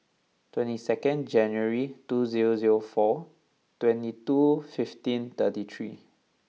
twenty second January two zero zero four twenty two fifteen thirty three